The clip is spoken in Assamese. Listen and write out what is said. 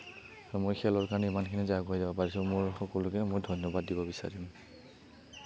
মই খেলৰ কাৰণে যে ইমানখিনি আগুৱাই যাব পাৰিছো মোৰ সকলোকে মই ধন্যবাদ দিব বিচাৰিম